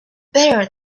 better